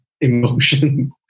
emotion